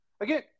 Again